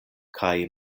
kaj